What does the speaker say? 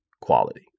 quality